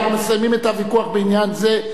אנחנו מסיימים את הוויכוח בעניין זה.